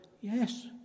Yes